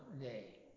day